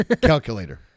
calculator